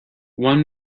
one